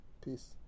Peace